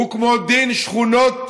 הוא כמו דין שכונות,